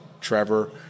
Trevor